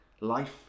Life